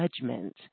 judgment